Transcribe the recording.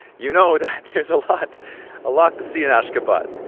you know that there's a lot lot to see in ashgabat.